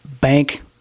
bank